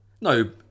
No